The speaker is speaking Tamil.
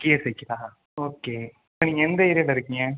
கியர் சைக்கிளா ஓகே இப்போ நீங்கள் எந்த ஏரியாவில் இருக்கீங்க